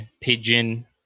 pigeon